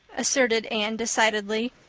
asserted anne decidedly.